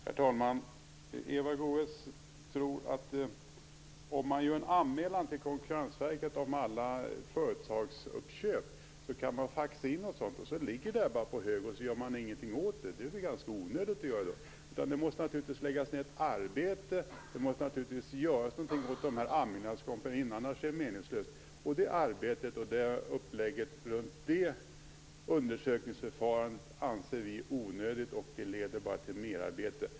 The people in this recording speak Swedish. Herr talman! Eva Goës tror att man kan göra en anmälan till Konkurrensverket om alla företagsuppköp genom att faxa in ett meddelande. Meddelandena ligger där sedan på en hög, och man gör ingenting. Det är väl ganska onödigt att göra det. Det måste naturligtvis läggas ned ett arbete, det måste göras någonting åt dessa anmälningar, för annars är det meningslöst. Det arbetet och upplägget runt det undersökningsförfarandet anser vi onödigt. Det leder bara till merarbete.